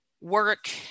work